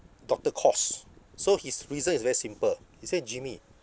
doctor course so his reason is very simple he said jimmy